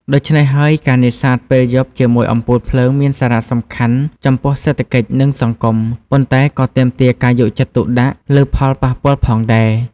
ដូច្នេះហើយ ការនេសាទពេលយប់ជាមួយអំពូលភ្លើងមានសារៈសំខាន់ចំពោះសេដ្ឋកិច្ច និងសង្គម ប៉ុន្តែក៏ទាមទារការយកចិត្តទុកដាក់លើផលប៉ះពាល់ផងដែរ។